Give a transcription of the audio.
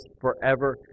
forever